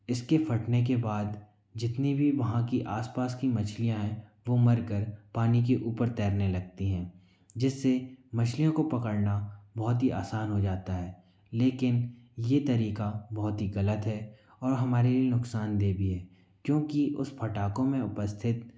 इसके फटने के बाद जितनी भी वहाँ की आसपास की मछलियां है वो मरकर पानी के ऊपर तैरने लगते हैं जिससे मछलियों को पकड़ना बहुत ही आसान हो जाता है लेकिन ये तरीका बहुत ही गलत है और हमारे नुकसान देवी है क्योंकि उस पटाखे में उपस्थित